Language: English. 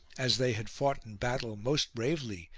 as they had fought in battle most bravely,